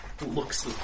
looks